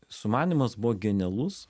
sumanymas buvo genialus